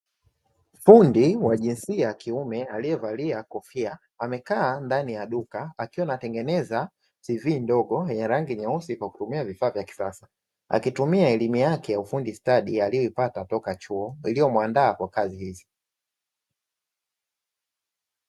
Fundi wa jinsia ya kiume aliyevalia kofia, amekaa ndani ya duka akiwa anatengeneza televisheni ndogo, ya rangi nyeusi kwa kutumia vifaa vya kisasa, akitumia elimu yake ya ufundi stadi aliyoipata toka chuo iliyomwandaa kwa kazi hizi.